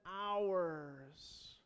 hours